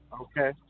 Okay